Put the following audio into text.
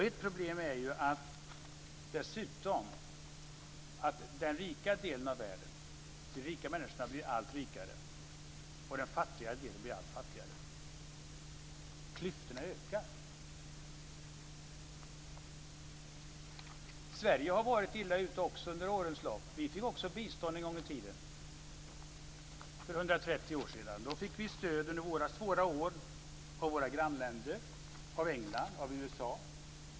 Ett problem är dessutom att i den rika delen av världen blir de rika människorna allt rikare och i den fattiga delen blir man allt fattigare. Klyftorna ökar. Sverige har också varit illa ute under årens lopp. Vi fick också bistånd en gång i tiden, för 130 år sedan. Under våra svåra år fick vi stöd av våra grannländer, av England och av USA.